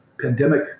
pandemic